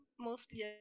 mostly